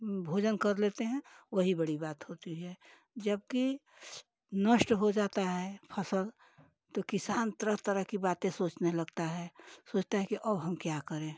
भोजन कर लेते हैं वही बड़ी बात होती है जबकि नष्ट हो जाता है फ़स्ल तो किसान तरह तरह की बातें सोचने लगता है सोचता है कि अब हम क्या करें